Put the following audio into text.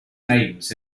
names